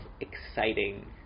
exciting